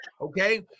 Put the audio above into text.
okay